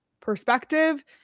perspective